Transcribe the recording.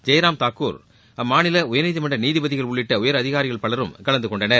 ஜெய்ராம் தாக்கூர் அம்மாநில உயர்நீதிமன்ற நீதிபதிகள் உள்ளிட்ட உயரதிகாரிகள் பலர் கலந்து கொண்டனர்